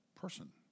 person